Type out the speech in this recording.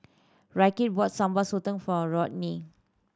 Ryker bought Sambal Sotong for Rodney